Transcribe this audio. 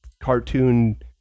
cartoon